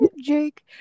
jake